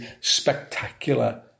spectacular